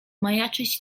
majaczyć